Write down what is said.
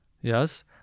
yes